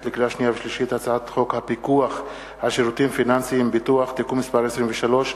הצעת חוק הפיקוח על שירותים פיננסיים (ביטוח) (תיקון מס' 23),